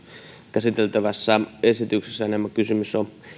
käsiteltävässä esityksessä enemmän kysymys on